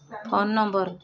phone number